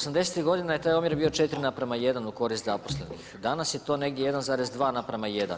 80.-tih godina je taj omjer bio 4:1 u korist zaposlenih, danas je to negdje 1,2:1,